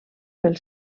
pel